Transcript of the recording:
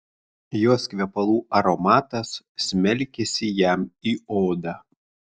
jos kvepalų aromatas smelkėsi jam į odą